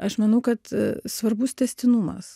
aš manau kad svarbus tęstinumas